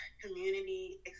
community